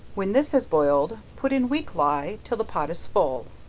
when this has boiled, put in weak ley till the pot is full,